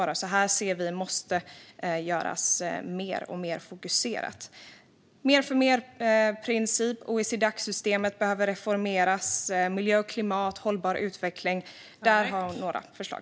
Vi ser att det måste göras mer, och mer fokuserat. Det handlar om mer-för-mer-principen och att OECD-Dac-systemet behöver reformeras. Det handlar också om miljö och klimat och hållbar utveckling. Där har vi några förslag.